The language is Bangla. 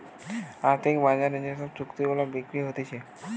আর্থিক বাজারে যে সব চুক্তি গুলা বিক্রি হতিছে